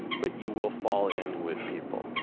but you will fall in with people.